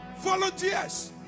volunteers